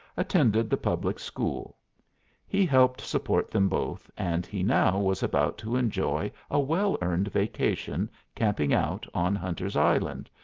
attended the public school he helped support them both, and he now was about to enjoy a well-earned vacation camping out on hunter's island,